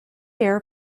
air